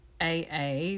AA